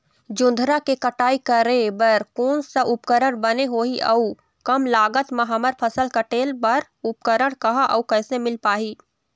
जोंधरा के कटाई करें बर कोन सा उपकरण बने होही अऊ कम लागत मा हमर फसल कटेल बार उपकरण कहा अउ कैसे मील पाही?